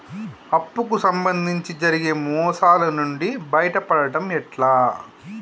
అప్పు కు సంబంధించి జరిగే మోసాలు నుండి బయటపడడం ఎట్లా?